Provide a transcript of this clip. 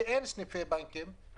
כי לא היו סניפי בנקים ביישובים.